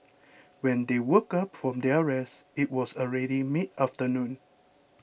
when they woke up from their rest it was already mid afternoon